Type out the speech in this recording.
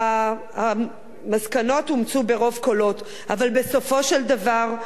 המסקנות אומצו ברוב קולות אבל בסופו של דבר ברגע